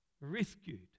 Rescued